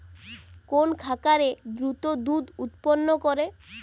কোন খাকারে দ্রুত দুধ উৎপন্ন করে?